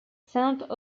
saint